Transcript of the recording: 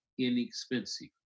Inexpensive